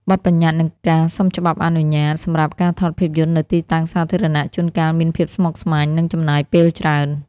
បទប្បញ្ញត្តិ និងការសុំច្បាប់អនុញ្ញាតសម្រាប់ការថតភាពយន្តនៅទីតាំងសាធារណៈ ជួនកាលមានភាពស្មុគស្មាញ និងចំណាយពេលច្រើន។